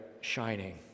shining